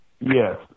Yes